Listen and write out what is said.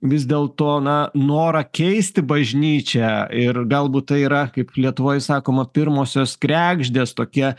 vis dėlto na norą keisti bažnyčią ir galbūt tai yra kaip lietuvoj sakoma pirmosios kregždės tokie